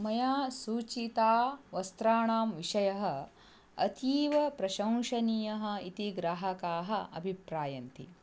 मया सूचितवस्त्राणां विषयः अतीवप्रशंशनीयः इति ग्राहकाः अभिप्रायन्ति